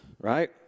right